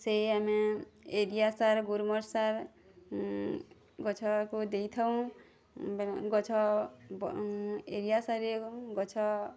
ସେଇ ଆମେ ୟୁରିଆ ସାର ଗ୍ରୋମର୍ ସାର ଗଛକୁ ଦେଇଥାଉ ବେ ଗଛ ବ ଏରିଆ ସାରି ଗଛ